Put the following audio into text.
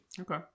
Okay